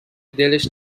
دلش